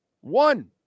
One